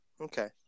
okay